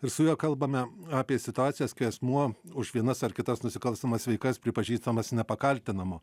ir su juo kalbame apie situacijas kai asmuo už vienas ar kitas nusikalstamas veikas pripažįstamas nepakaltinamu